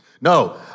No